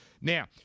Now